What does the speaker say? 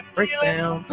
Breakdown